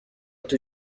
توی